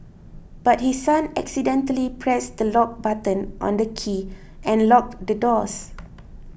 but his son accidentally pressed the lock button on the key and locked the doors